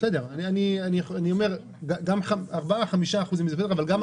בסדר אני אומר שגם היחיד,